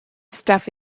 stuff